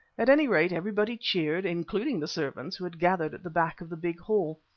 at any rate everybody cheered, including the servants, who had gathered at the back of the big hall.